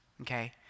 okay